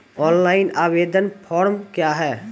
Online आवेदन form क्या हैं?